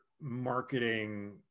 marketing